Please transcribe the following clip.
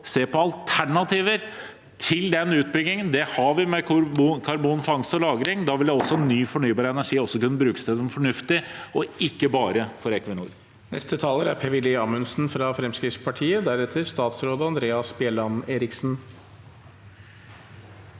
se på alternativer til den utbyggingen. Det har vi med karbonfangst og lagring. Da vil også ny fornybar energi kunne brukes til noe fornuftig, og ikke bare for Equinor.